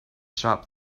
shop